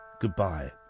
goodbye